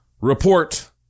report